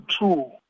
two